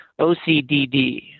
OCDD